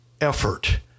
effort